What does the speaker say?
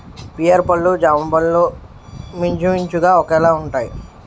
pear పళ్ళు జామపళ్ళు మించుమించుగా ఒకేలాగుంటాయి